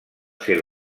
ser